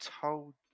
told